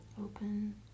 open